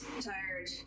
tired